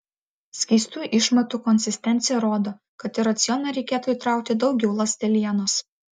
skystų išmatų konsistencija rodo kad į racioną reikėtų įtraukti daugiau ląstelienos